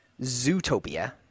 Zootopia